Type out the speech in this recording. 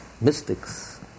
mystics